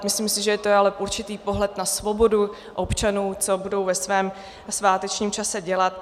Myslím si, že to je ale určitý pohled na svobodu občanů, co budou ve svém svátečním čase dělat.